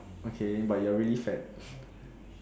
okay but you're really fat